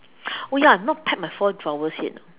oh ya I have not packed my four drawers yet you know